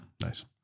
Nice